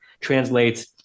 translates